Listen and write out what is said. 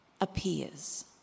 appears